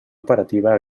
operativa